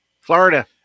Florida